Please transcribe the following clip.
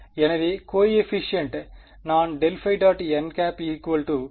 எனவே கோயபிஷியன்ட் நான் ∇ϕ